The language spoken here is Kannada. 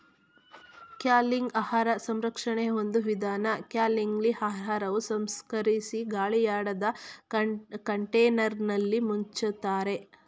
ಕ್ಯಾನಿಂಗ್ ಆಹಾರ ಸಂರಕ್ಷಣೆ ಒಂದು ವಿಧಾನ ಕ್ಯಾನಿಂಗ್ಲಿ ಆಹಾರವ ಸಂಸ್ಕರಿಸಿ ಗಾಳಿಯಾಡದ ಕಂಟೇನರ್ನಲ್ಲಿ ಮುಚ್ತಾರೆ